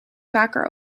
vaker